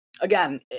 Again